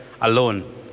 alone